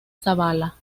zabala